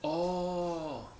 orh